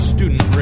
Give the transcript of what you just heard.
Student